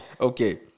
Okay